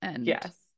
Yes